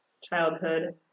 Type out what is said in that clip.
childhood